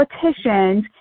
politicians